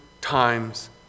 times